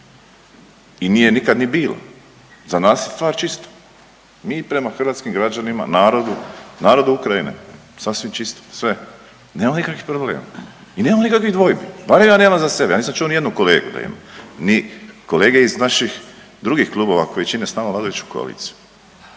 i nije nikad ni bila, za nas je stvar čista. Mi prema hrvatskim građanima, narodu, narodu Ukrajine sasvim čisto sve. Nema nikakvih problema i nemamo nikakvih dvojbi, barem ja nemam za sebe. Ja nisam čuo ni jednog kolegu da ima, ni kolege iz naših drugih klubova koji čine sa nama vladajuću koaliciju.